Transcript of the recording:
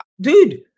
dude